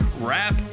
rap